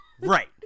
right